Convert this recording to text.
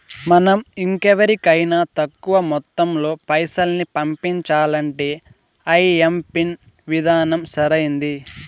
మనం ఇంకెవరికైనా తక్కువ మొత్తంలో పైసల్ని పంపించాలంటే ఐఎంపిన్ విధానం సరైంది